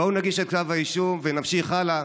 בואו נגיש את כתב האישום ונמשיך הלאה.